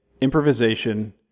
improvisation